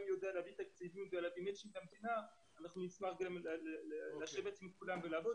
אנחנו גם יודעים להביא תקציבים ומטצ'ינג למדינה ונשמח לשבת ולעבוד